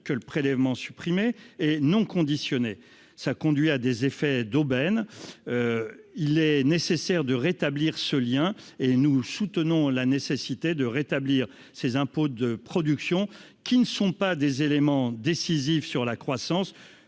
que le prélèvement supprimé et non conditionnées ça conduit à des effets d'aubaine, il est nécessaire de rétablir ce lien et nous soutenons la nécessité de rétablir ses impôts de production qui ne sont pas des éléments décisifs sur la croissance